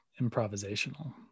improvisational